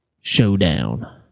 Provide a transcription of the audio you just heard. showdown